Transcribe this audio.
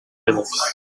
pillars